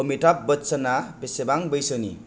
अमिताब बच्च'ना बेसेबां बैसोनि